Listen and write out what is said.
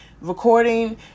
recording